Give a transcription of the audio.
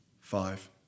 five